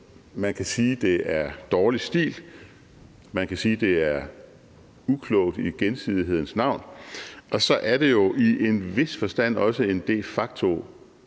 Man kan sige, at det er dårlig stil, og man kan sige, at det er uklogt i gensidighedens navn, og så er det jo i en vis forstand også en de